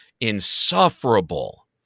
insufferable